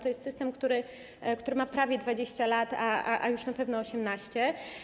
To jest system, który ma prawie 20 lat, a już na pewno 18.